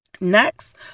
Next